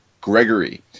Gregory